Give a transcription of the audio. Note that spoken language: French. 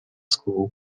school